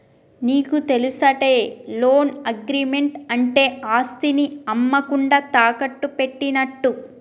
నీకు తెలుసటే, loan agreement అంటే ఆస్తిని అమ్మకుండా తాకట్టు పెట్టినట్టు